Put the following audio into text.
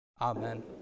Amen